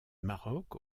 maroc